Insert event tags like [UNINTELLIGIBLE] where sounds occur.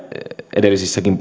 edellisissäkin [UNINTELLIGIBLE]